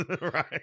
right